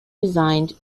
designed